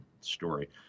story